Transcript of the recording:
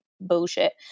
bullshit